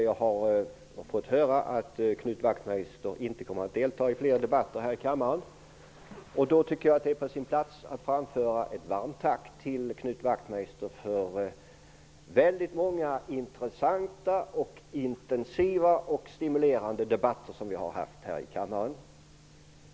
Jag har fått höra att Knut Wachtmeister inte kommer att delta i fler debatter här i kammaren. Därför tycker jag att det är på sin plats att framföra ett varmt tack till Knut Wachtmeister för många intressanta, intensiva och stimulerande debatter som vi har haft här i kammaren.